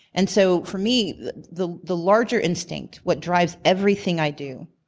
and so for me the the larger instinct, what drives everything i do,